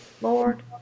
Lord